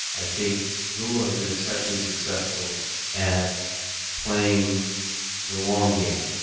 i think google has been exceptionally successful at playing the long game,